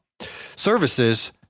services